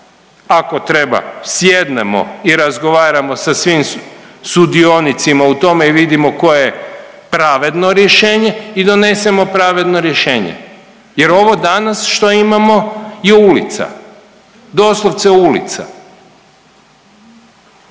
Ako treba sjednemo i razgovaramo sa svim sudionicima u tome i vidimo koje je pravedno rješenje i donesemo pravedno rješenje jer ovo danas što imamo je ulica, doslovce ulica.